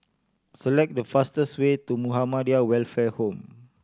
select the fastest way to Muhammadiyah Welfare Home